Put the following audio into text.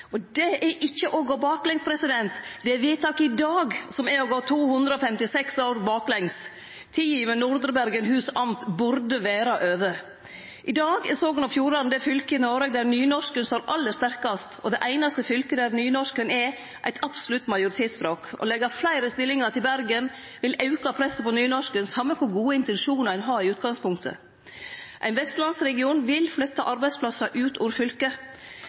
Og det er ikkje å gå baklengs. Det er vedtaket i dag som er å gå 256 år baklengs! Tida med Nordre Bergenhus amt burde vere over. I dag er Sogn og Fjordane det fylket i Noreg der nynorsken står aller sterkast, og det einaste fylket der nynorsken er eit absolutt majoritetsspråk. Å leggje fleire stillingar til Bergen vil auke presset på nynorsken, same kor gode intensjonar ein har i utgangspunktet. Ein vestlandsregion vil flytte arbeidsplassar ut av fylket.